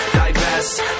divest